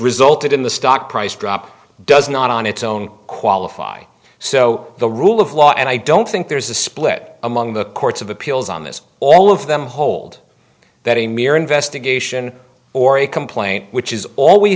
resulted in the stock price drop does not on its own qualify so the rule of law and i don't think there's a split among the courts of appeals on this all of them hold that a mere investigation or a complaint which is all we